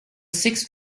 six